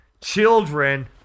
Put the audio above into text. children